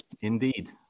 Indeed